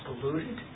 polluted